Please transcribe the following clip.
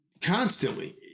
constantly